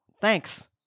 thanks